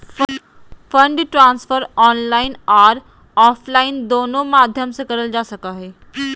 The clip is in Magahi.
फंड ट्रांसफर ऑनलाइन आर ऑफलाइन दोनों माध्यम से करल जा हय